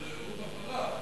זה עורבא פרח.